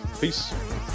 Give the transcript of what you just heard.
peace